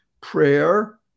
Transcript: prayer